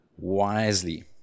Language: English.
Wisely